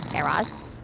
guy raz?